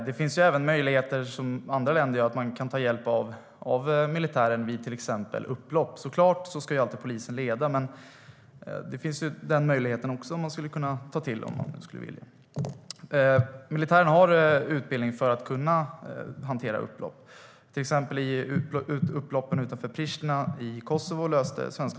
Det finns även möjligheter att ta hjälp av militären vid till exempel upplopp, som man gör i andra länder. Såklart ska polisen alltid leda, men den möjligheten finns att ta till om man skulle vilja. Militären har utbildning för att kunna hantera upplopp. Till exempel löste svenska soldater upploppen utanför Pristina i Kosovo med bravur.